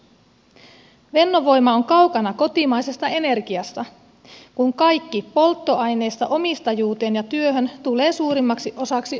fennovoima on kaukana kotimaisesta energiasta kun kaikki polttoaineesta omistajuuteen ja työhön tulee suurimmaksi osaksi ulkomailta